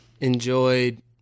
enjoyed